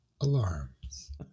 alarms